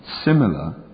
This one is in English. similar